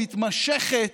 מתמשכת,